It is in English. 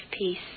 Peace